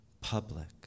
public